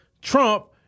Trump